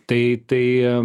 tai tai